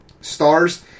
stars